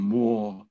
more